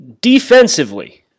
Defensively